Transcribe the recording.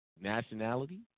nationality